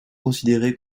considérée